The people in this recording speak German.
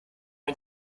ein